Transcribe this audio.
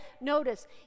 notice